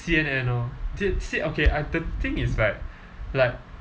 C_N_N orh is it C~ okay I the thing is right like